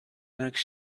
next